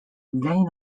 vain